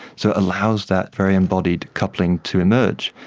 so it allows that very embodied coupling to emerge.